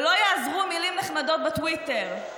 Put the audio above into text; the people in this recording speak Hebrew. ולא יעזרו מילים נחמדות בטוויטר.